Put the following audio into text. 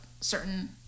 certain